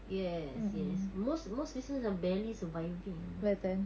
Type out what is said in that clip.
yes yes most most business are barely surviving